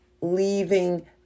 leaving